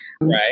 Right